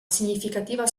significativa